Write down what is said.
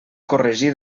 corregir